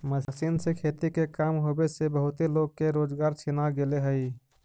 machine से खेती के काम होवे से बहुते लोग के रोजगार छिना गेले हई